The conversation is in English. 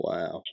Wow